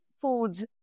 foods